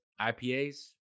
IPAs